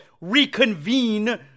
reconvene